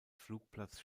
flugplatz